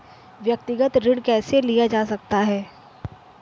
व्यक्तिगत ऋण कैसे लिया जा सकता है?